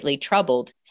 troubled